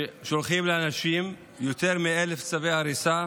שולחים לאנשים יותר מ-1,000 צווי הריסה